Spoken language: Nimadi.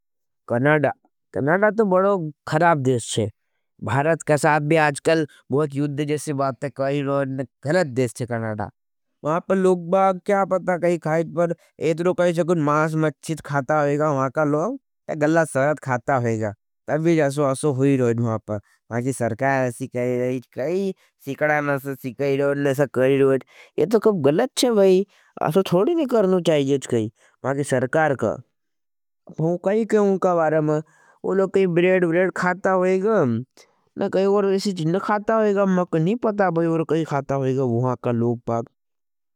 Canada, Canada तो बड़ो खराब देश हज। भारत कसाद भी आजकल बहुत यूद्ध जैसे बाते करी रहो न खलत देश हज। कनाड़ा वहाँ पर लोग बाग क्या पता कही खाईज पर एतरो कही से कुछ मास मच्चित खाता होईगा वहाँ का लोग गल्ला स्वर्ध खाता होईगा। तर भी असो असो हुई रहोईगा वहाँ पर मांकी सरकार असी कहे रहे हज। कही सिकड़ा नसा कही रहोईगा ये तो कही गल्लत हज। भाई असो थोड़ी नहीं करना चाहिए। जैसे कही मांकी सरकार का भूँ कही क्यों उनका वारे मैं वो लोग कही ब्रेड ब्रेड खाता होईगा। ना कही वोर एसी चीन खाता होईगा। मांकी नहीं पता भी वोर कही खाता होईगा वहाँ का लोग पाग।